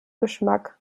geschmack